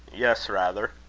yes, rather.